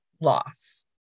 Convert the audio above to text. loss